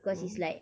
mm